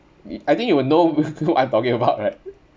I think you will know what I'm talking about right